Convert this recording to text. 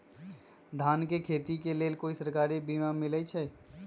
धान के खेती के लेल कोइ सरकारी बीमा मलैछई?